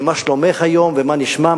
ומה שלומך היום ומה נשמע,